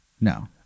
No